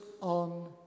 on